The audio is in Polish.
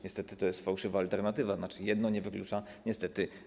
Niestety to jest fałszywa alternatywa, tzn. jedno nie wyklucza drugiego niestety.